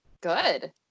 Good